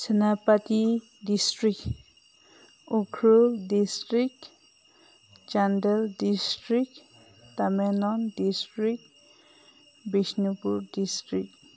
Senapati district Ukhrul district Chandel district Tamenglong district Bishnupur district